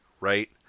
right